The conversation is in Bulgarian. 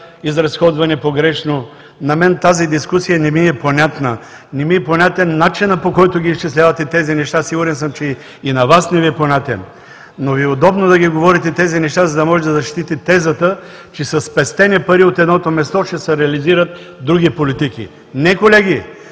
изразходвани погрешно, на мен тази дискусия не ми е понятна. Не ми е понятен начинът, по който ги изчислявате тези неща. Сигурен съм, че и на Вас не Ви е понятен, но Ви е удобно да говорите тези неща, за да може да защитите тезата, че със спестени пари от едното място ще се реализират други политики. Не, колеги,